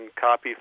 copy